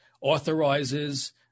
authorizes